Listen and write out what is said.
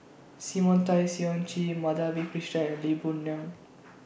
Simon Tay Seong Chee Madhavi Krishnan and Lee Boon Ngan